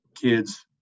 kids